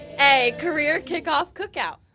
a, career kickoff cookout.